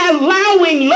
allowing